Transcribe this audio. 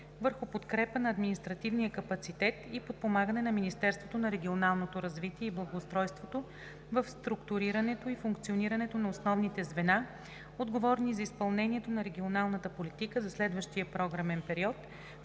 върху подкрепа на административния капацитет и подпомагане на Министерството на регионалното развитие и благоустройството в структурирането и функционирането на основните звена, отговорни за изпълнението на регионалната политика за следващия програмен период,